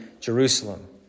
Jerusalem